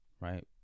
right